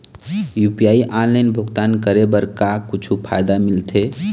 UPI online भुगतान करे बर का कुछू फायदा मिलथे?